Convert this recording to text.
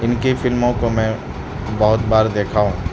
ان کی فلموں کو میں بہت بار دیکھا ہوں